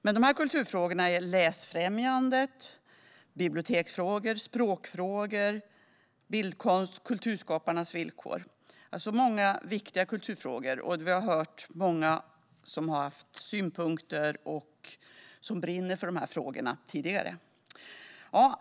Dessa kulturfrågor rör läsfrämjande, biblioteksfrågor, språkfrågor, bildkonst och kulturskaparnas villkor - alltså många viktiga kulturfrågor. Vi har tidigare hört många som har synpunkter i dessa frågor och som brinner för dem.